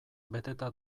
beteta